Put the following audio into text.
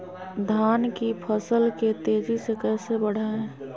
धान की फसल के तेजी से कैसे बढ़ाएं?